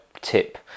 tip